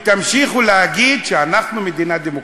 ותמשיכו להגיד שאנחנו מדינה דמוקרטית.